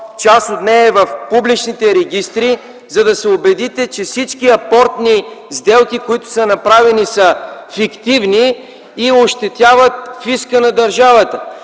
част от нея в публичните регистри, за да се убедите, че всички апортни сделки, които са направени, са фиктивни и ощетяват фиска на държавата.